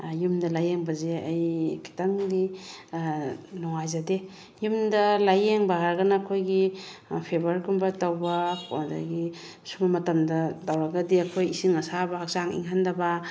ꯌꯨꯝꯗ ꯂꯥꯏꯌꯦꯡꯕꯁꯦ ꯑꯩ ꯈꯤꯇꯪꯗꯤ ꯅꯨꯡꯉꯥꯏꯖꯗꯦ ꯌꯨꯝꯗ ꯂꯥꯏꯌꯦꯡꯕ ꯍꯥꯏꯔꯒꯅ ꯑꯩꯈꯣꯏꯒꯤ ꯐꯦꯚꯔꯒꯨꯝꯕ ꯇꯧꯕ ꯑꯗꯒꯤ ꯁꯤꯒꯨꯝꯕ ꯃꯇꯝꯗ ꯇꯧꯔꯒꯗꯤ ꯑꯩꯈꯣꯏ ꯏꯁꯤꯡ ꯑꯁꯥꯕ ꯍꯛꯆꯥꯡ ꯏꯪꯍꯟꯗꯕ